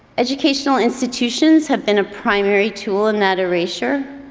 educational institutions have been a primary tool in that erasure.